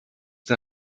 der